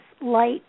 light